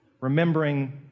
Remembering